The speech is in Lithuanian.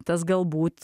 tas galbūt